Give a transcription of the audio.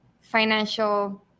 financial